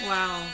Wow